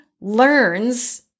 learns